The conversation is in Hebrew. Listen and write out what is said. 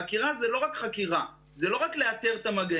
חקירה זה לא רק חקירה, זה לא רק לאתר את המגעים.